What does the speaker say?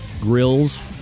grills